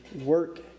work